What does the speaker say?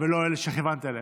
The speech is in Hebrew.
ולא אלה שכיוונת אליהם.